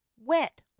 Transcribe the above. wet